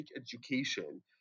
education